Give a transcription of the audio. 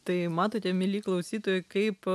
tai matote mieli klausytojai kaip